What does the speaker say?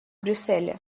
брюсселе